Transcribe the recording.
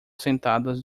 sentadas